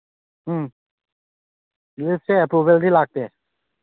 ꯎꯝ ꯂꯤꯞꯁꯦ ꯑꯦꯄ꯭ꯔꯨꯕꯦꯜꯗꯤ ꯂꯥꯛꯇꯦ